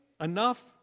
Enough